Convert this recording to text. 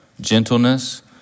gentleness